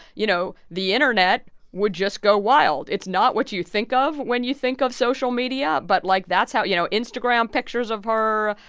you know, the internet would just go wild. wild. it's not what you you think of when you think of social media, but, like, that's how you know, instagram pictures of her,